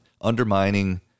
undermining